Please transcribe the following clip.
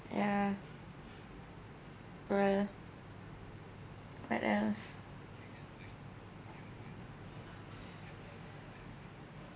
ya right right yes